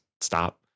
stop